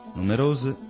numerose